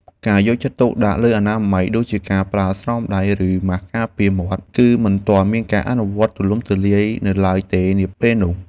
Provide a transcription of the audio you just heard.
ការយកចិត្តទុកដាក់លើអនាម័យដូចជាការប្រើស្រោមដៃឬម៉ាសការពារមាត់ គឺមិនទាន់មានការអនុវត្តទូលំទូលាយនៅឡើយទេនាពេលនោះ។